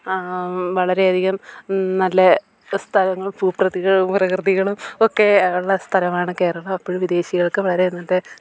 വളരെയധികം നല്ല സ്ഥലങ്ങൾ ഭൂപ്രകൃതി ഭൂപ്രകൃതികളും ഒക്കെയുള്ള സ്ഥലമാണ് കേരളം എപ്പോഴും വിദേശികൾക്ക് വളരെ നല്ല